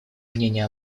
мнение